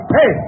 Hey